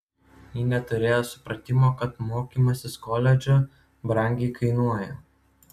ji neturėjo supratimo kad mokymasis koledže brangiai kainuoja